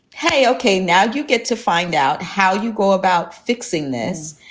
hey, ok, now you get to find out how you go about fixing this.